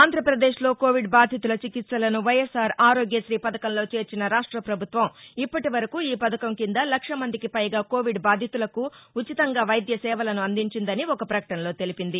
ఆంధ్రప్రదేశ్లో కోవిడ్ బాధితుల చికిత్సలను వైఎస్సార్ ఆరోగ్యారీ పథకంలో చేర్చిన రాష్ట పభుత్వం ఇప్పటివరకు ఈపథకం కింద లక్ష మందికి పైగా కోవిడ్ బాధితులకు ఉచితంగా వైద్యసేవలను అందించిందని రాష్ట ప్రభుత్వం ఒక ప్రకటనలో తెలిపింది